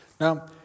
Now